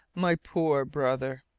my poor brother!